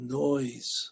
noise